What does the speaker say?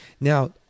Now